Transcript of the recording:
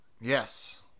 yes